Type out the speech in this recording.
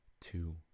two